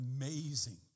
amazing